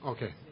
Okay